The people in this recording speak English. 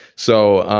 so